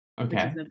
Okay